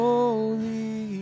Holy